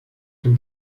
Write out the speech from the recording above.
tym